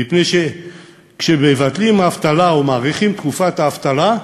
מפני שכשמבטלים או מאריכים את תקופת האבטלה,